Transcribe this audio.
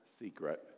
secret